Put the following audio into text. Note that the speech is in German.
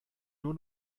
nur